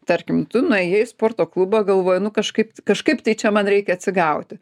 tarkim tu nuėjai į sporto klubą galvoji nu kažkaip kažkaip tai čia man reikia atsigauti